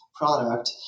product